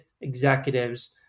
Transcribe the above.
executives